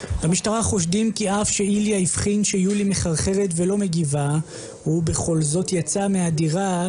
ישראלים מכורים וזה יכול להיות לתרופות מרשם,